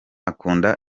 akunda